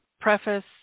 preface